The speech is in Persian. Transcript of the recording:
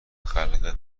خلق